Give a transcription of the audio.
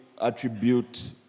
attribute